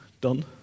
done